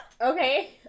Okay